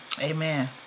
Amen